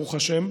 ברוך השם,